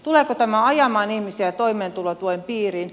tuleeko tämä ajamaan ihmisiä toimeentulotuen piiriin